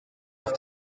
auf